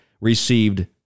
received